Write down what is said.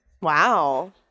Wow